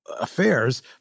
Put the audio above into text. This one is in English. affairs